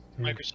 Microsoft